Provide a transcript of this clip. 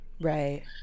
Right